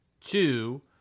Two